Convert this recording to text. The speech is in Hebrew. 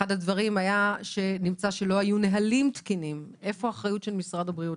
הגעה שלכם, של משרד הבריאות